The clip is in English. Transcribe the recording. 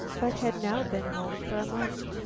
but had now been home for a month.